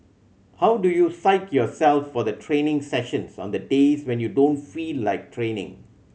how do you psych yourself for the training sessions on the days when you don't feel like training